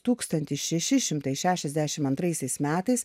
tūktstantis šeši šimtai šešiasdešim antraisiais metais